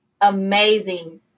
amazing